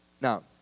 Now